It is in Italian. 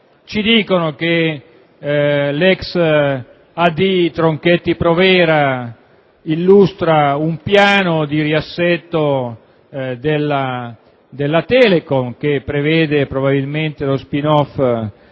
delegato Tronchetti Provera illustra un piano di riassetto della Telecom che prevede probabilmente lo *spin-off*